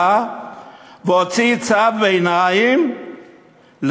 המחוזי כאמור נעתר לבקשה והוציא צו ביניים לעיכוב